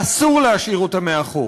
ואסור להשאיר אותה מאחור.